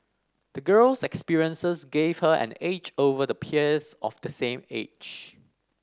the girl's experiences gave her an edge over her peers of the same age